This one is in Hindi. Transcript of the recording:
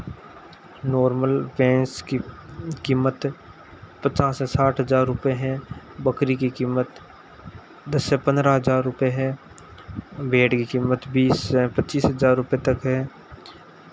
नाॅर्मल भैंस की कीमत पचास से साठ हज़ार रुपए है बकरी की कीमत दस से पन्द्रह हज़ार रुपए है भेड़ की कीमत बीस हज़ार पच्चीस हज़ार रुपए तक है